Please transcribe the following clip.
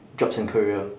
jobs and career